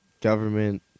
government